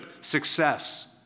success